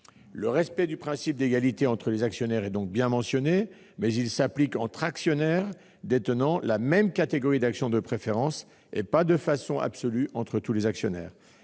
Le respect du principe d'égalité entre les actionnaires est donc bien mentionné, mais il s'applique entre actionnaires détenant la même catégorie d'actions de préférence, et non de façon absolue entre tous les actionnaires.